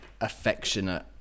affectionate